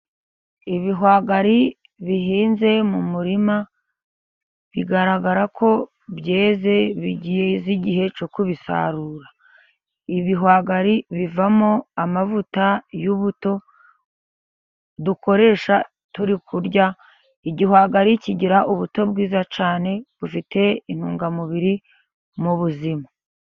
Ibihwagari bihinze mu murima bigaragara ko byeze bigeze igihe cyo kubisarura. Ibihwagari bivamo amavuta y'ubuto dukoresha turi kurya, igihwagari kigira ubuto bwiza cyane bufite intungamubiri mu buzima.